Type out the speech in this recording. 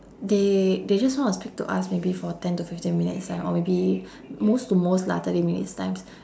they they just want to speak to us maybe for ten to fifteen minutes time or maybe most to most lah thirty minutes times